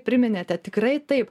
priminėte tikrai taip